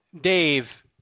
Dave